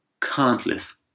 countless